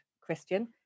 Christian